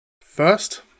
First